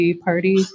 party